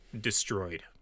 destroyed